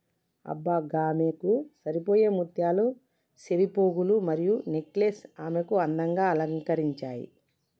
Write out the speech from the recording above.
అబ్బ గామెకు సరిపోయే ముత్యాల సెవిపోగులు మరియు నెక్లెస్ ఆమెను అందంగా అలంకరించాయి